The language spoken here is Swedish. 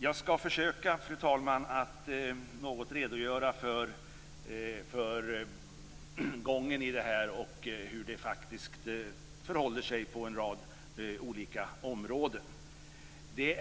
Jag skall försöka, fru talman, att något redogöra för gången i det här och hur det faktiskt förhåller sig på en rad olika områden.